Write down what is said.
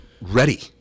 ready